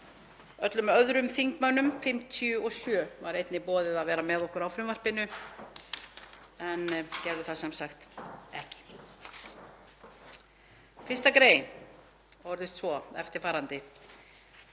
Öllum öðrum þingmönnum, 57, var einnig boðið að vera með okkur á frumvarpinu en gerðu það sem sagt ekki. 1. gr. orðist svo: „Eftirfarandi